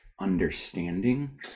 understanding